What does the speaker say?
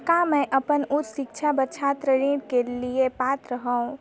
का मैं अपन उच्च शिक्षा बर छात्र ऋण के लिए पात्र हंव?